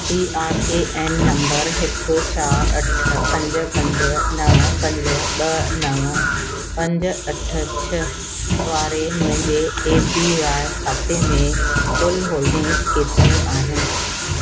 P R A N number हिकु चार अठ पंज पंज नव पंज ॿ नव पंज अठ छह वारे मुंहिंजे ए पी वाए खाते में कुलु होल्डिंगस केतिरियूं आहिनि